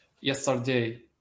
yesterday